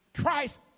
Christ